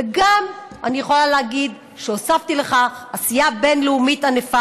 ואני יכולה להגיד שהוספתי עשייה בין-לאומית ענפה